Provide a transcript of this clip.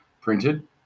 printed